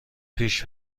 پیش